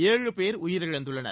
ஏழு பேர் உயிரிழந்துள்ளனர்